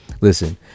listen